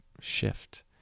shift